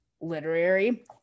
literary